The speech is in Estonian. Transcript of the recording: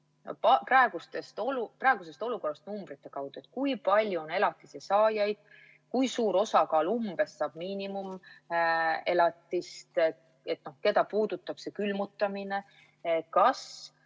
praegusest olukorrast numbrite kaudu. Kui palju on elatise saajaid? Kui suur osakaal umbes saab miinimumelatist? Keda puudutab see külmutamine? Kas